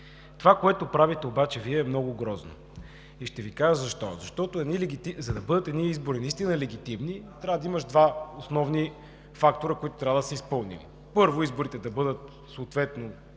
Това, което Вие правите, е много грозно и ще Ви кажа защо. Защото, за да бъдат изборите наистина легитимни, трябва да имаш два основни фактора, които трябва да са изпълнени. Първо, изборите да бъдат проведени